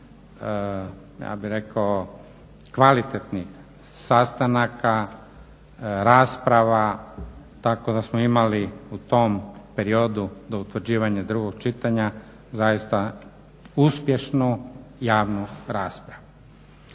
ja bih rekao kvalitetnih sastanaka, rasprava, tako da smo imali u tom periodu do utvrđivanja drugog čitanja zaista uspješnu javnu raspravu.